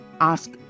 Ask